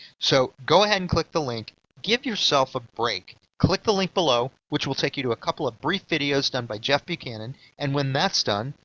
so go ahead and click the link give yourself a break. click the link below which will take you to a couple of brief videos done by jeff buchanan, and when that's done,